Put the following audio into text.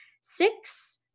six